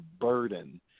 burden